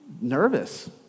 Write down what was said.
nervous